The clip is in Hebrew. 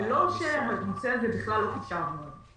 זה לא שהנושא הזה לא חשבנו עליו בכלל.